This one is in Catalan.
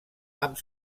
amb